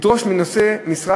לדרוש מנושא משרה,